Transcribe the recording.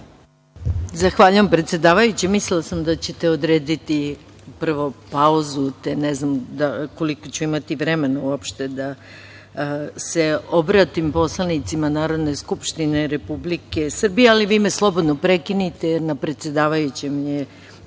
Zahvaljujem se, predsedavajuća. Mislila sam da ćete prvo odrediti pauzu, te ne znam koliko ću uopšte imati vremena da se obratim poslanicima Narodne skupštine Republike Srbije, ali vi me slobodno prekinite, jer na predsedavajućem je da